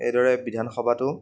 এইদৰে বিধানসভাতো